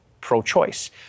pro-choice